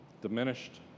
diminished